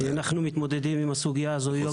אנחנו מתמודדים עם הסוגיה הזו יום-יום.